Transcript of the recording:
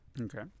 okay